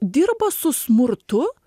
dirba su smurtu